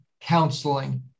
counseling